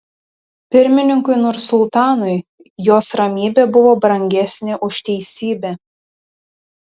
pirmininkui nursultanui jos ramybė buvo brangesnė už teisybę